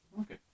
Okay